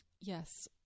Yes